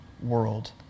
world